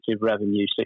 revenue